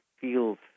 feels